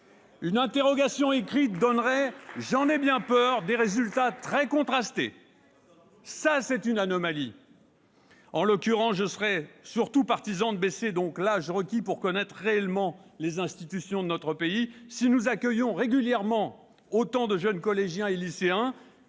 Une interrogation écrite donnerait, j'en ai bien peur, des résultats très contrastés. Ça, c'est une anomalie ! Je serais donc surtout partisan de baisser l'âge requis pour connaître réellement les institutions de notre pays. Si nous accueillons régulièrement autant de jeunes collégiens ou lycéens